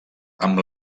amb